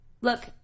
look